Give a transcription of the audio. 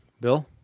Bill